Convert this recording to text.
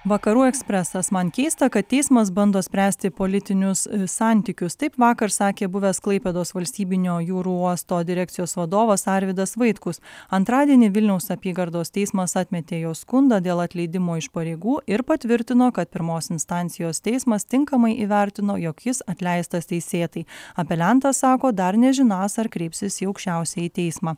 vakarų ekspresas man keista kad teismas bando spręsti politinius santykius taip vakar sakė buvęs klaipėdos valstybinio jūrų uosto direkcijos vadovas arvydas vaitkus antradienį vilniaus apygardos teismas atmetė jo skundą dėl atleidimo iš pareigų ir patvirtino kad pirmos instancijos teismas tinkamai įvertino jog jis atleistas teisėtai apeliantas sako dar nežinąs ar kreipsis į aukščiausiąjį teismą